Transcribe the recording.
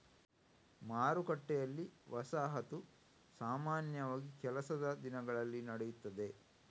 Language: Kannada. ಮಾರುಕಟ್ಟೆಯಲ್ಲಿ, ವಸಾಹತು ಸಾಮಾನ್ಯವಾಗಿ ಕೆಲಸದ ದಿನಗಳಲ್ಲಿ ನಡೆಯುತ್ತದೆ